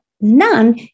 none